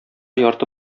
ярты